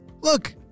Look